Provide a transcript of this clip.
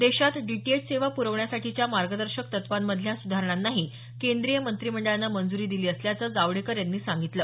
देशात डीटीएच सेवा प्रवण्यासाठीच्या मार्गदर्शक तत्वांमधल्या सुधारणांनाही केंद्रीय मंत्रीमंडळानं मंजूरी दिली असल्याचं जावडेकर यांनी सांगितलं